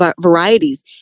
varieties